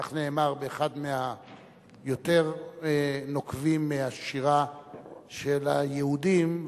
כך נאמר באחד מהשירים היותר-נוקבים של היהודים,